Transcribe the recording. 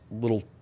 little